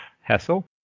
Hessel